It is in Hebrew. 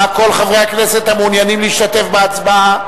חברי הכנסת המעוניינים להשתתף בהצבעה,